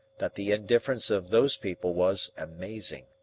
that the indifference of those people was amazing.